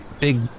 big